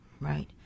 Right